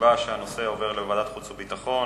נקבע שהנושא עובר לוועדת החוץ והביטחון.